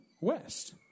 west